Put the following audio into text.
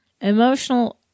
emotional